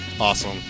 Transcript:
Awesome